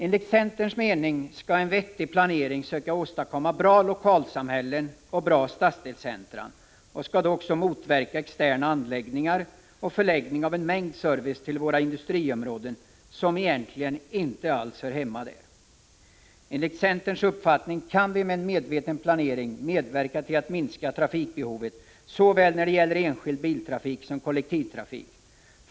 Enligt centerns mening skall en vettig planering söka åstadkomma bra | lokalsamhällen och bra stadsdelscentra och den skall motverka externa egentligen inte alls hör hemma där. 95 Enligt centerns uppfattning kan vi med en medveten planering medverka till att minska trafikbehovet när det gäller såväl enskild biltrafik som kollektivtrafik.